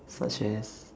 such as